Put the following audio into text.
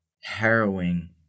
harrowing